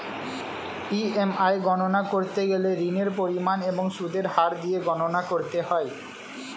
EMI গণনা করতে গেলে ঋণের পরিমাণ এবং সুদের হার দিয়ে গণনা করতে হয়